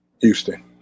Houston